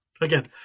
Again